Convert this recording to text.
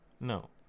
no